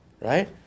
right